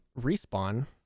respawn